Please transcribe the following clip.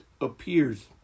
appears